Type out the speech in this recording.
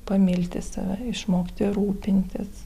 pamilti save išmokti rūpintis